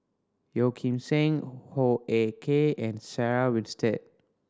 Yeo Kim Seng Hoo Ah Kay and Sarah Winstedt